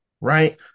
right